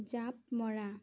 জাপ মৰা